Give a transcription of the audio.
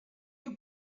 you